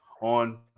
on